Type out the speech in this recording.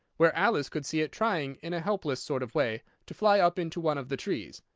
where alice could see it trying in a helpless sort of way to fly up into one of the trees.